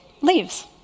leaves